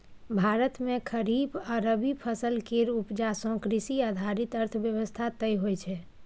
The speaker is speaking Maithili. भारत मे खरीफ आ रबी फसल केर उपजा सँ कृषि आधारित अर्थव्यवस्था तय होइ छै